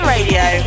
Radio